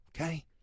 Okay